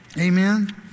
Amen